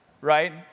right